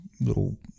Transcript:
little